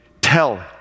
tell